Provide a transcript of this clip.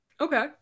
Okay